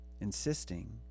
insisting